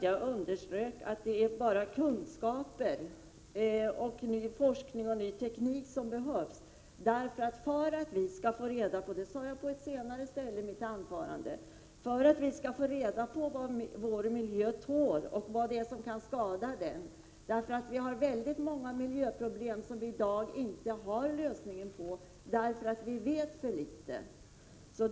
Jag underströk att det bara är kunskaper, forskning och ny teknik som behövs för att man skall kunna ta reda på vad miljön tål och vad som kan skada den. Det finns många miljöproblem som det i dag inte finns någon lösning på, därför att vi vet för litet.